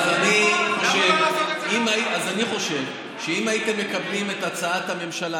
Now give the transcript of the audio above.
אז אני חושב שאם הייתם מקבלים את הצעת הממשלה,